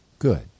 Good